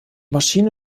maschine